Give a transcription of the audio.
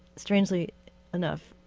strangely enough,